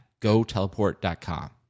goteleport.com